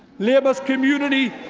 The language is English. labour's community.